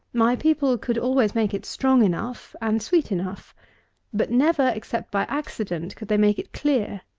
my people could always make it strong enough and sweet enough but never, except by accident, could they make it clear.